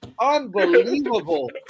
Unbelievable